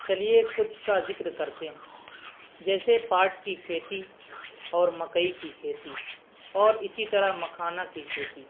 چلیے کچھ کا ذکر کرتے ہیں جیسے پاٹ کی کھیتی اور مکئی کی کھیتی اور اسی طرح مکھانا کی کھیتی